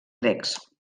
grecs